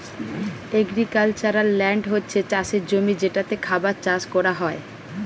agricultural land হচ্ছে চাষের জমি যেটাতে খাবার চাষ কোরা হয়